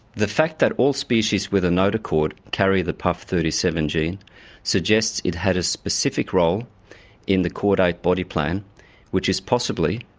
the fact that all species with a notochord carry the puff thirty seven gene suggests it had a specific role in the chordate body plan which is possibly,